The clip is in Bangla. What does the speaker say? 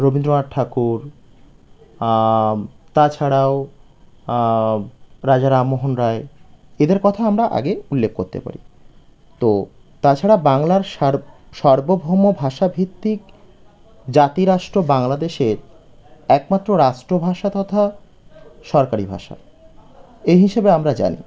রবীন্দ্রনাথ ঠাকুর তাছাড়াও রাজা রামমোহন রায় এঁদের কথা আমরা আগে উল্লেখ করতে পারি তো তাছাড়া বাংলার সার সার্বভৌম ভাষাভিত্তিক জাতি রাষ্ট্র বাংলাদেশের একমাত্র রাষ্ট্র ভাষা তথা সরকারী ভাষা এই হিসেবে আমরা জানি